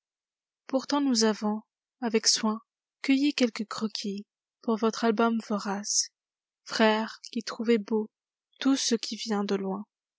pourtant nous avons avec soin cueilli quelques croquis pour votre album vorace frères qui trouvez beau tout ce qui vient de loin